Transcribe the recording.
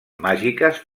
màgiques